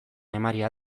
emaria